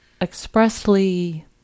expressly